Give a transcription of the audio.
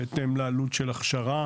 בהתאם לעלות של הכשרה.